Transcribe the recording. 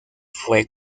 fue